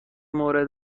مورد